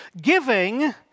Giving